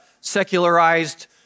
secularized